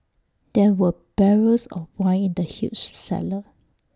there were barrels of wine in the huge cellar